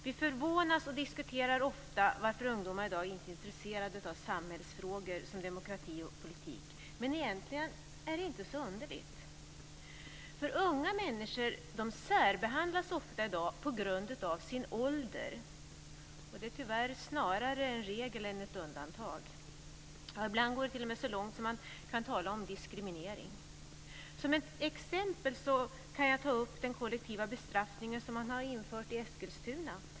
Vi förvånas över och diskuterar ofta varför ungdomar i dag inte är intresserade av samhällsfrågor som demokrati och politik. Men egentligen är det inte så underligt. Unga människor särbehandlas i dag ofta på grund av sin ålder. Det är tyvärr snarare regel än undantag. Ibland går det t.o.m. så långt att man kan tala om diskriminering. Som ett exempel kan jag ta upp den kollektiva bestraffning som man har infört i Eskilstuna.